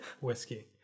Whiskey